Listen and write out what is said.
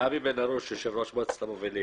גבי בן-הרוש, יושב-ראש מועצת המובילים.